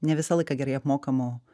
ne visą laiką gerai apmokamų